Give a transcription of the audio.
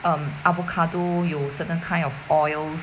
um avocado 有 certain kind of oils